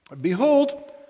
Behold